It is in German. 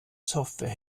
software